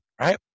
right